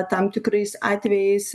tam tikrais atvejais